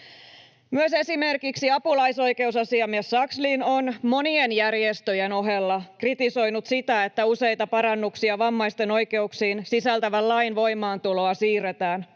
Myös esimerkiksi apulaisoikeusasiamies Sakslin on monien järjestöjen ohella kritisoinut sitä, että useita parannuksia vammaisten oikeuksiin sisältävän lain voimaantuloa siirretään,